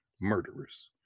murderers